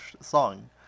song